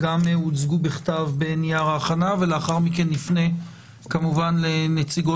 לאחר מכן נפנה לשאר